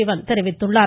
சிவன் தெரிவித்துள்ளார்